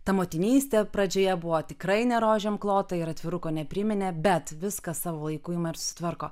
ta motinystė pradžioje buvo tikrai ne rožėm klota ir atviruko nepriminė bet viskas savo laiku ima ir susitvarko